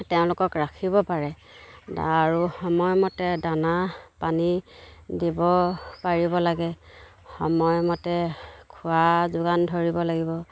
তেওঁলোকক ৰাখিব পাৰে আৰু সময় মতে দানা পানী দিব পাৰিব লাগে সময় মতে খোৱা যোগান ধৰিব লাগিব